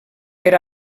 per